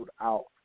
out